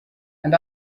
and